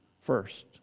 first